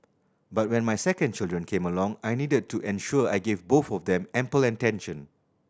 but when my second children came along I needed to ensure I gave both of them ample attention